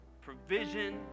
provision